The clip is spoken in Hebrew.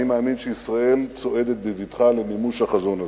אני מאמין שישראל צועדת בבטחה למימוש החזון הזה.